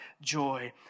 joy